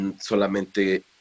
solamente